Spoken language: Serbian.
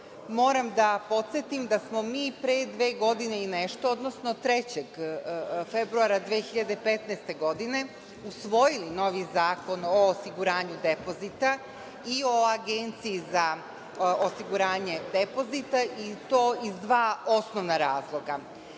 moram da podsetim da smo mi pre dve godine i nešto, odnosno 3. februara 2015. godine usvojili novi Zakon o osiguranju depozita i o Agenciji za osiguranje depozita, i to iz dva osnovna razloga.